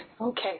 Okay